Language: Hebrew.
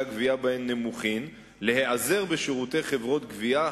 הגבייה בהן נמוכים להיעזר בשירותי חברות גבייה,